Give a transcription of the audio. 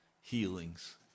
healings